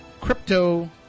Crypto